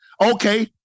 Okay